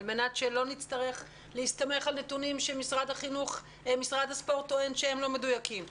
כדי שלא נצטרך להסתמך על נתונים שמשרד הספורט טוען שהם לא מדויקים.